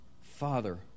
Father